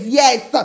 yes